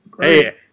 Hey